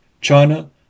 China